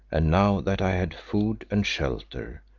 and now that i had food and shelter,